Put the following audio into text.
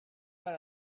per